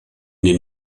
den